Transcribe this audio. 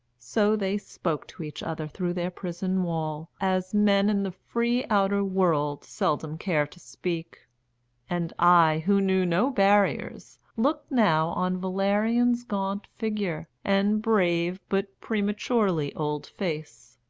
so they spoke to each other through their prison wall as men in the free outer world seldom care to speak and i, who knew no barriers, looked now on valerian's gaunt figure, and brave but prematurely old face,